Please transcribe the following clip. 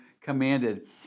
commanded